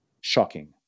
Shocking